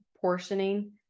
portioning